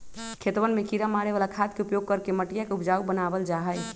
खेतवन में किड़ा मारे वाला खाद के उपयोग करके मटिया के उपजाऊ बनावल जाहई